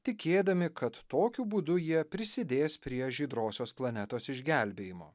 tikėdami kad tokiu būdu jie prisidės prie žydrosios planetos išgelbėjimo